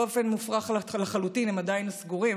באופן מופרך לחלוטין הם עדיין סגורים.